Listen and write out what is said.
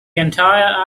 entire